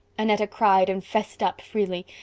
annetta cried and fessed up freely.